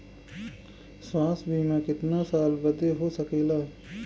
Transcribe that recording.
स्वास्थ्य बीमा कितना साल बदे हो सकेला?